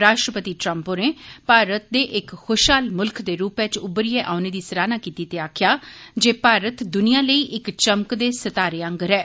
राश्ट्रपति ट्रंप होरें भारत दे इक खुशहाल मुल्ख दे रूपै च उब्बारियै औने दी सराहना कीती ते आक्खेआ जे भारत दुनिया लेई इक चमकदे सितारें आंगर ऐ